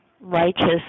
righteous